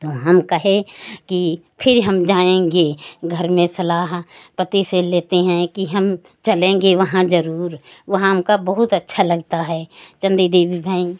और हम कहें कि फिर हम जाएंगे घर में सलाह पति से लेते हैं कि हम चलेंगे वहाँ जरुर वहाँ हमका बहुत अच्छा लगता है चंडी देवी भई